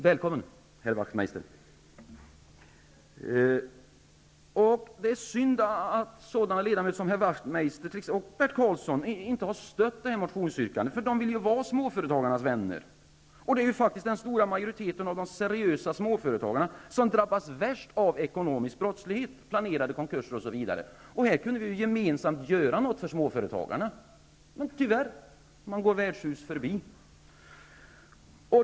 Välkommen, herr Det är synd att sådana ledamöter som Ian Wachtmeister och Bert Karlsson inte har stött det här motionsyrkandet. De vill ju vara småföretagarnas vänner, och det är faktiskt den stora majoriteten av de seriösa småföretagarna som drabbas värst av ekonomisk brottslighet -- planerade konkurser osv. Här kunde vi gemensamt göra något för småföretagarna. Men, tyvärr, man går värdshus förbi.